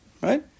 Right